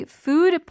food